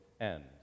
end